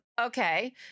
Okay